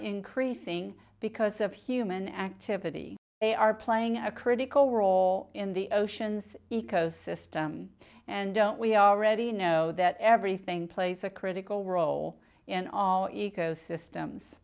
increasing because of human activity they are playing a critical role in the ocean's ecosystem and don't we already know that everything plays a critical role in all ecosystems